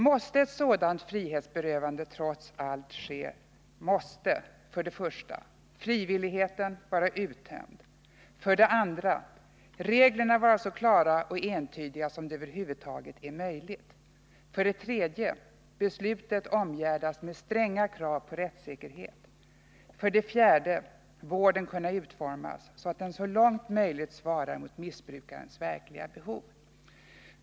Måste ett sådant frihetsberövande trots allt ske, måste 2. reglerna vara så klara och entydiga som det över huvud taget är möjligt, 3. beslutet omgärdas med stränga krav på rättssäkerhet och 4. vården kunna utformas så, att den så långt som möjligt svarar mot missbrukarens verkliga behov.